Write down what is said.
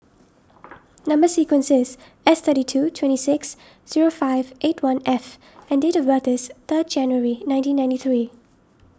Number Sequence is S thirty two twenty six zero five eight one F and date of birth is third January nineteen ninety three